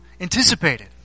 anticipated